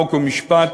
חוק ומשפט